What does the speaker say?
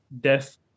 death